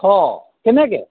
অঁ কেনেকৈ